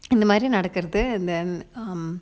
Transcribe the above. இந்த மாறி நடக்குறது:intha mari nadakkurathu and then mm